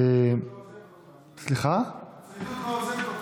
הצינון לא עוזב אותך.